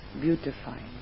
beautifying